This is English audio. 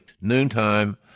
noontime